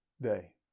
Day